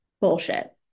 Bullshit